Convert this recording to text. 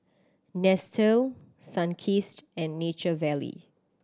Nestle Sunkist and Nature Valley